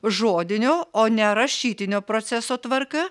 žodinio o ne rašytinio proceso tvarka